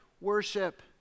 worship